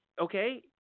okay